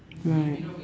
right